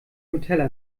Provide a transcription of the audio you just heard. nutella